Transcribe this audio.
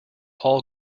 all